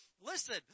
Listen